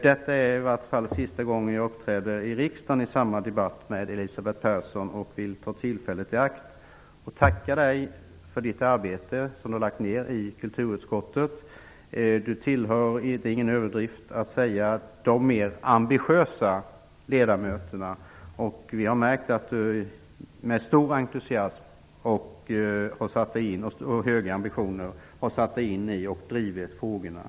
Detta är sista gången jag uppträder i riksdagen i samma debatt som Elisabeth Persson. Jag vill ta tillfället i akt och tacka henna för det arbete som hon har lagt ner i kulturutskottet. Det är ingen överdrift att säga att Elisabeth Persson tillhör de mer ambitiösa ledamöterna. Vi har märkt att hon med stor entusiasm och höga ambitioner har satt sig in i och drivit frågorna.